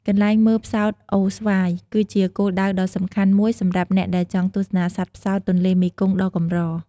កន្លែងមើលផ្សោតអូរស្វាយ គឺជាគោលដៅដ៏សំខាន់មួយសម្រាប់អ្នកដែលចង់ទស្សនាសត្វផ្សោតទន្លេមេគង្គដ៏កម្រ។